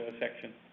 section